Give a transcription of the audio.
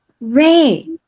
Ray